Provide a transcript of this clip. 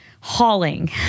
hauling